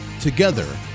Together